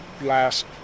last